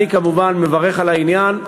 אני, כמובן, מברך על העניין.